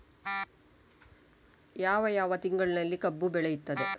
ಯಾವ ಯಾವ ತಿಂಗಳಿನಲ್ಲಿ ಕಬ್ಬು ಬೆಳೆಯುತ್ತದೆ?